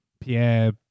Pierre